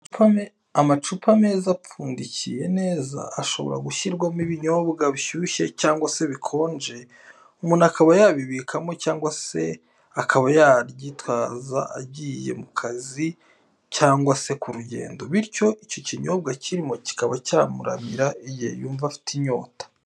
Amacupa meza apfundikiye neza ashobora gushyirwamo ibinyobwa bishyushye cyangwa se bikonje umuntu akaba yabibikamo cyangwa se akaba yaryitwaza agiye mu kazi cyangwa se ku rugendo, bityo icyo kinyobwa kirimo kikaba cyamuramira igihe yumva afite inyota.